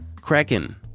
Kraken